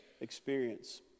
experience